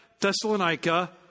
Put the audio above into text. Thessalonica